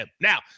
Now